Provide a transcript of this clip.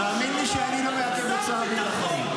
תאמין לי שאני לא מעכב את שר הביטחון.